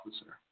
Officer